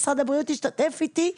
משרד הבריאות השתתף איתי,